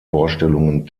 vorstellungen